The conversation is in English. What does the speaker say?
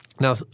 Now